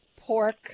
pork